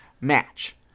match